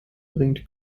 bringt